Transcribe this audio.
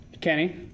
Kenny